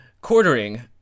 Quartering